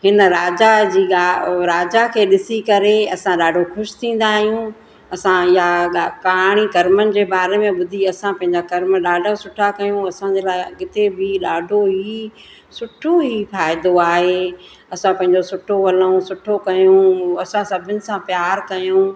हिन राजा जी राजा खे ॾिसी करे असां ॾाढो ख़ुशि थींदा आहियूं असां इयहा कहाणी कर्मनि जे बारे में ॿुधी असां पंहिंजा कर्म ॾाढा सुठा कयूं असांजे लाइ अॻिते बि ॾाढो ई सुठो ई फ़ाइदो आहे असां पंहिंजो सुठो वञूं सुठो कयूं असां सभिनीनि सां प्यारु कयूं